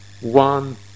one